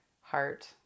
heart